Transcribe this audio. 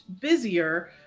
busier